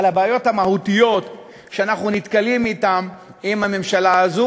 על הבעיות המהותיות שאנחנו נתקלים בהן עם הממשלה הזאת,